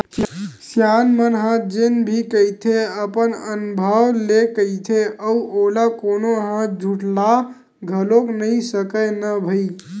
सियान मन ह जेन भी कहिथे अपन अनभव ले कहिथे अउ ओला कोनो ह झुठला घलोक नइ सकय न भई